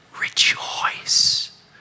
rejoice